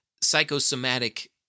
psychosomatic